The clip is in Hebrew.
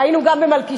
היינו גם ב"מלכישוע",